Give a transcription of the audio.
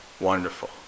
wonderful